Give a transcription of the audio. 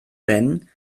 wenn